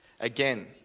Again